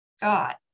God